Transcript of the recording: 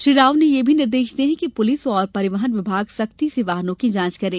श्री राव ने यह भी निर्देश दिये कि पुलिस एवं परिवहन विमाग सख्ती से वाहनों की जाँच करें